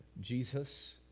Jesus